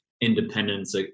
independence